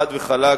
חד וחלק,